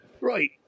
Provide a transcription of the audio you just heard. Right